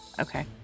Okay